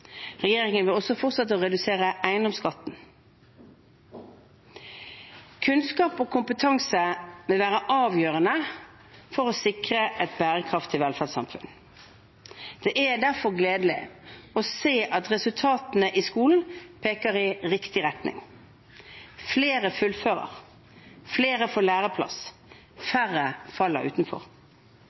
Regjeringen vil også fortsette å redusere eiendomsskatten. Kunnskap og kompetanse vil være avgjørende for å sikre et bærekraftig velferdssamfunn. Det er derfor gledelig å se at resultatene i skolen peker i riktig retning. Flere fullfører, flere får læreplass, og færre faller utenfor.